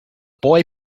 boy